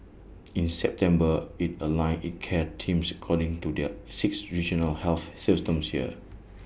in September IT aligned its care teams according to their six regional health systems here